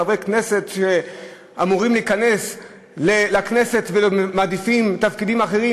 חברי כנסת שאמורים להיכנס לכנסת ומעדיפים תפקידים אחרים.